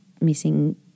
missing